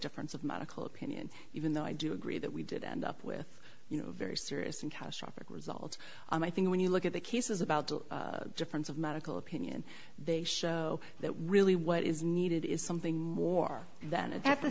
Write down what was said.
difference of medical opinion even though i do agree that we did end up with you know a very serious and cash offer result and i think when you look at the cases about a difference of medical opinion they show that really what is needed is something more than